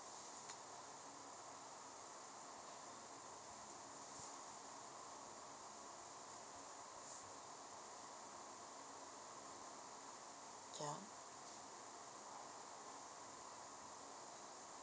yeah